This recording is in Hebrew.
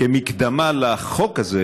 כמקדמה לחוק הזה,